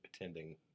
attending